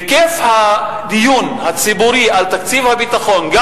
היקף הדיון הציבורי על תקציב הביטחון גם